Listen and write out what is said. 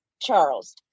Charles